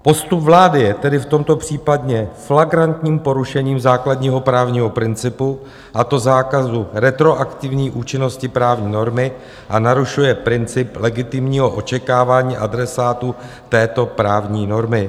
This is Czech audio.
Postup vlády je tedy v tomto případě flagrantním porušením základního právního principu, a to zákazu retroaktivní účinnosti právní normy, a narušuje princip legitimního očekávání adresátů této právní normy.